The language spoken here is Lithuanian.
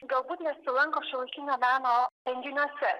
galbūt nesilanko šiuolaikinio meno renginiuose